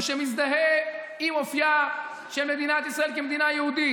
מי שמזדהה עם אופייה של מדינת ישראל כמדינה יהודית,